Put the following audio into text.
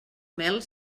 mel